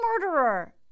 murderer